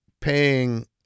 paying